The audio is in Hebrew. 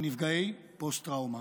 לנפגעי פוסט טראומה.